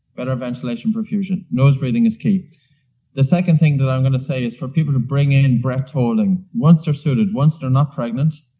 better ventilation profusion. nose breathing is key the second thing that i'm gonna say is for people who bring in breath-holding once they're suited, once they're not pregnant.